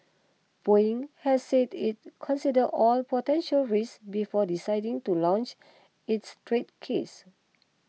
Boeing has said it considered all potential risks before deciding to launch its trade case